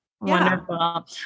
Wonderful